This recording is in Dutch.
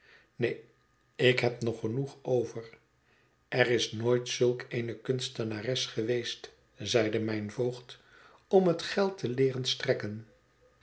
neen ik heb nog genoeg over er is nooit zulk eene kunstenares geweest zeide mijn voogd om het geld te leeren strekken